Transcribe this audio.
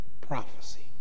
prophecy